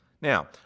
Now